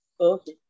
Okay